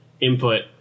input